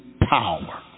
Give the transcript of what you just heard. power